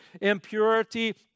impurity